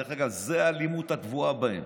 דרך אגב, זו האלימות הטבועה בהם.